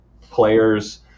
players